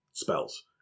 spells